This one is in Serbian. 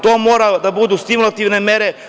To mora da budu stimulativne mere.